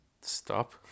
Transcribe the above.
stop